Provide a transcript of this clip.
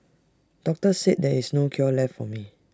doctors said there is no cure left for me